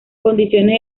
condiciones